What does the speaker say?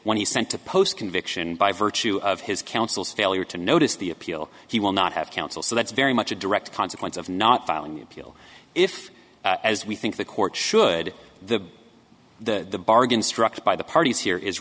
when he sent to post conviction by virtue of his counsel's failure to notice the appeal he will not have counsel so that's very much a direct consequence of not filing the appeal if as we think the court should the the bargain struck by the parties here is